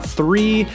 three